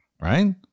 Right